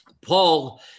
Paul